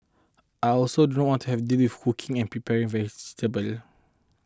I also do not want to have to deal with hooking and preparing vegetables